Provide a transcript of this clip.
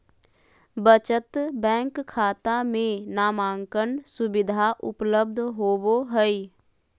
बचत बैंक खाता में नामांकन सुविधा उपलब्ध होबो हइ